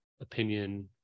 opinion